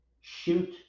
shoot